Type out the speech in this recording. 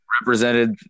represented